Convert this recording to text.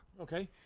okay